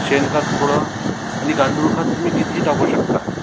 शेणखत थोडं आणि गांडूळ खत तुम्ही कितीही टाकू शकता